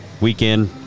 weekend